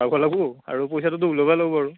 ৰাখবা লাগবো আৰু পইচাটোতো ওলাবাই লাগবো আৰু